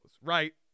Right